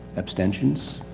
abstentions.